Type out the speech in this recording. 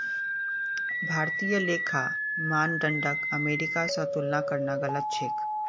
भारतीय लेखा मानदंडक अमेरिका स तुलना करना गलत छेक